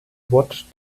watched